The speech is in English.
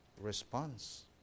response